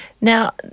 Now